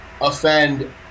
offend